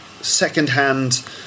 secondhand